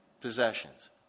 possessions